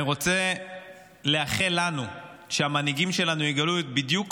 אני רוצה לאחל לנו שהמנהיגים שלנו יגלו בדיוק